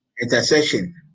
Intercession